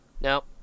No